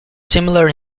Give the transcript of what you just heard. similar